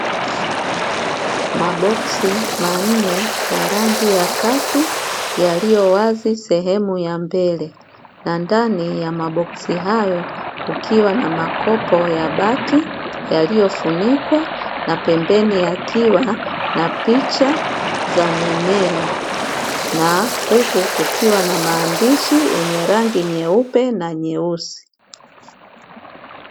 Maboksi manne ya rangi ya kaki yaliyo wazi sehemu ya mbele, na ndani ya maboksi hayo kukiwa na makopo ya bati yaliyofunikwa, na pembeni yakiwa na picha za mimea, na huku kukiwa na maandishi yenye rangi nyeupe na nyeusi.